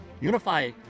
unify